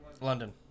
London